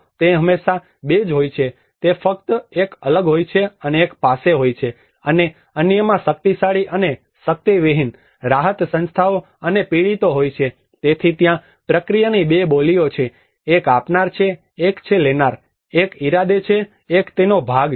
તે હંમેશાં 2 જ હોય છે તે ફક્ત એક અલગ હોય છે એક પાસે હોય છે અને અન્યમાં શક્તિશાળી અને શક્તિવિહીન રાહત સંસ્થાઓ અને પીડિતો હોય છે તેથી ત્યાં પ્રક્રિયાની 2 બોલીઓ છે એક આપનાર છે એક છે લેનાર એક ઇરાદે છે એક તેનો ભોગ છે